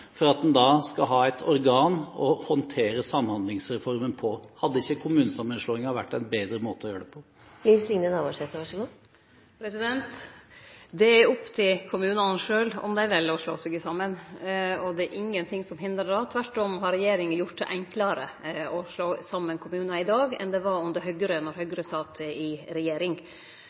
for at en da skal ha et organ for å håndtere Samhandlingsreformen? Hadde ikke kommunesammenslåing vært en bedre måte å gjøre det på? Det er opp til kommunane sjølve å velje om dei vil slå seg saman. Det er ingenting som hindrar det. Tvert om har regjeringa gjort det enklare å slå saman kommunar i dag enn det var då Høgre sat i regjering.